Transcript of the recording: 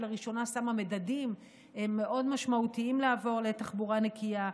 שלראשונה שמה מדדים מאוד משמעותיים לעבור לתחבורה נקייה,